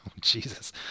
Jesus